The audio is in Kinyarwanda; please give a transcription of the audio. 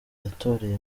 yatoreye